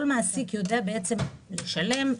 כל מעסיק יודע בעצם לשלם,